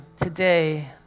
today